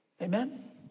Amen